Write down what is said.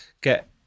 get